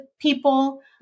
people